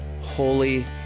holy